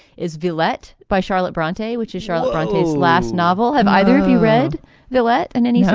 is veillette by charlotte bronte, which is charlotte bronte's last novel. have either of you read veillette and any.